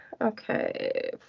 Okay